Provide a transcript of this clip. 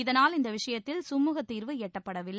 இதனால் இந்த விஷயத்தில் கமூகத் தீர்வு எட்டப்படவில்லை